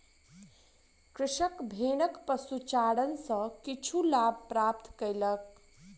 कृषक भेड़क पशुचारण सॅ किछु लाभ प्राप्त कयलक